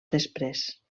després